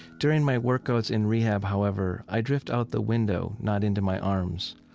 during my workouts in rehab, however, i drift out the window, not into my arms,